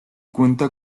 cuenta